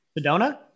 sedona